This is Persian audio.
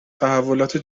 تحولات